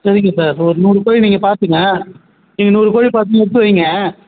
சரிங்க சார் ஒரு நூறு கோழி நீங்கள் பார்த்துங்க நீங்கள் நூறு கோழி பார்த்து எடுத்து வையுங்க